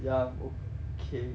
ya I'm O_K